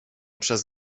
przez